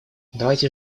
давайте